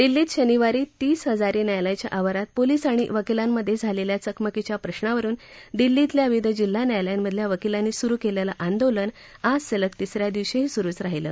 दिल्लीत शनिवारी तीस हजारी न्यायालयाच्या आवारात पोलीस आणि वकीलांमधे झालेल्या चकमकीच्या प्रश्नावरुन दिल्लीतल्या विविध जिल्हा न्यायालयांमधल्या वकीलांनी सुरु केलेलं आंदोलन आज सलग तिस या दिवशीही सुरुच राहिलं